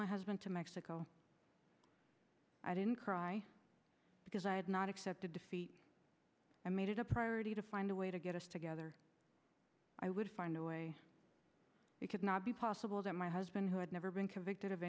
my husband to mexico i didn't cry because i had not accepted defeat and made it a priority to find a way to get us together i would find a way we could not be possible that my husband who had never been convicted of